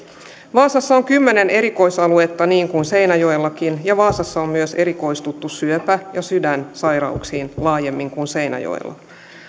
vaasassa on kymmenen erikoisaluetta niin kuin seinäjoellakin ja vaasassa on myös erikoistuttu syöpä ja sydänsairauksiin laajemmin kuin seinäjoella